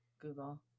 Google